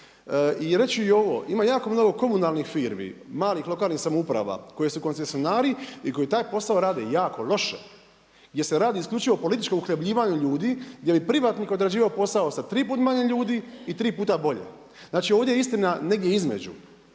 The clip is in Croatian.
I reći ću i ovo, ima jako mnogo komunalnih firmi, malih lokalnih samouprava koji su koncesionari i koji taj posao rade jako loše jer se radi isključivo o političkom uhljebljivanju ljudi gdje bi privatnik odrađivao posao sa tri put manje ljudi i tri puta bolje. Znači ovdje je istina negdje između.